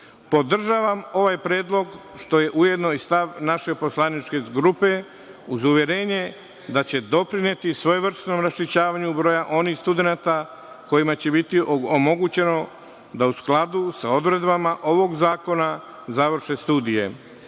godinama. Podržavam ovaj predlog što je ujedno i stav naše poslaničke grupe, uz uverenje da će doprineti svojevrstnom raščišćavanju broja onih studenata kojima će biti omogućeno da, u skladu sa odredbama ovog zakona, završe studije. Želim